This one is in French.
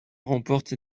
remporte